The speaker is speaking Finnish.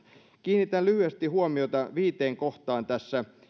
kiinnitän lyhyesti huomiota viiteen kohtaan tässä